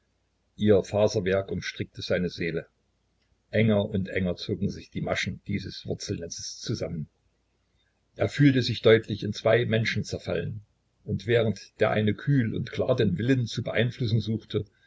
ihr faserwerk umstrickte seine seele enger und enger zogen sich die maschen dieses wurzelnetzes zusammen er fühlte sich deutlich in zwei menschen zerfallen und während der eine kühl und klar den willen zu beeinflussen suchte